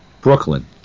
Brooklyn